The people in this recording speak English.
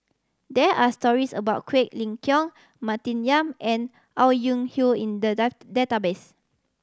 there are stories about Quek Ling Kiong Martin Yan and Au Ying in the database